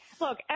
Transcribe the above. look